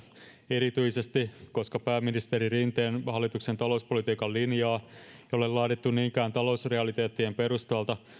erityisesti koska pääministeri rinteen hallituksen talouspolitiikan linjaa ei ole laadittu niinkään talousrealiteettien perustalta